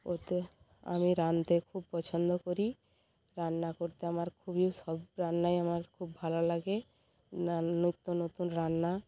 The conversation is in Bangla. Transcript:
ওতে আমি রাধতে খুব পছন্দ করি রান্না করতে আমার খুবই সব রান্নাই আমার খুব ভালো লাগে রান নিত্য নতুন রান্না